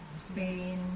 Spain